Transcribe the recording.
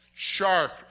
Sharp